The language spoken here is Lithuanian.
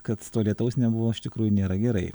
kad to lietaus nebuvo iš tikrųjų nėra gerai